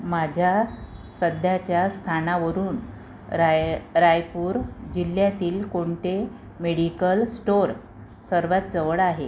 माझ्या सध्याच्या स्थानावरून राय रायपूर जिल्ह्यातील कोणते मेडिकल स्टोर सर्वात जवळ आहे